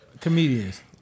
comedians